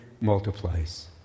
multiplies